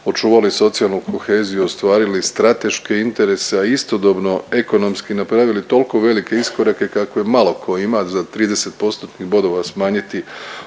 očuvali socijalnu koheziju ostvarili strateške interese, a istodobno ekonomski napravili toliko velike iskorake kakve malo tko ima, za 30 postotnih bodova smanjiti